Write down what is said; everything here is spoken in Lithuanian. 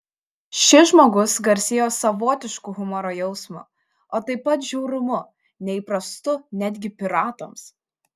šis žmogus garsėjo savotišku humoro jausmu o taip pat žiaurumu neįprastu netgi piratams